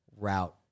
route